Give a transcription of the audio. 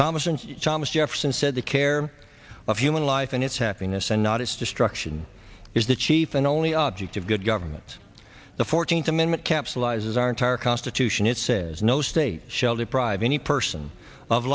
thomas and thomas jefferson said the care of human life and its happiness and not its destruction is the chief and only object of good government the fourteenth amendment capsulizes our entire constitution it says no state shall deprive any person of